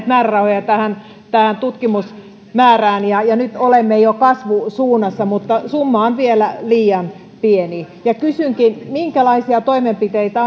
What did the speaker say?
määrärahoja tähän tutkimusmäärään ja ja nyt olemme jo kasvusuunnassa mutta summa on vielä liian pieni kysynkin minkälaisia toimenpiteitä